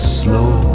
slow